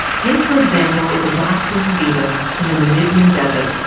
take for example, the darkling beetles in the namibian desert.